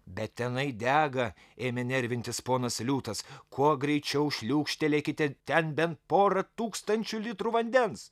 bet tenai dega ėmė nervintis ponas liūtas kuo greičiau šliūkštelėkite ten bent porą tūkstančių litrų vandens